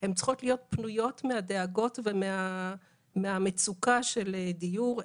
הן צריכות להיות פנויות מהדאגות ומהמצוקה של דיור.